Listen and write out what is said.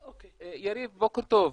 יריב, בוקר טוב.